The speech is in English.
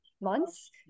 months